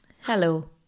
Hello